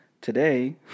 Today